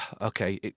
okay